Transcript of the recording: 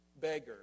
beggar